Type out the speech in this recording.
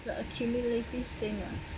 it's a accumulative thing lah